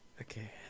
Okay